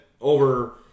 Over